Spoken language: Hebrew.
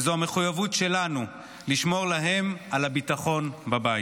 וזו המחויבות שלנו לשמור להם על הביטחון בבית.